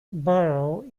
borrow